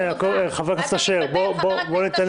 חבר הכנסת אשר, בוא ניתן לחברת הכנסת שאשא ביטון.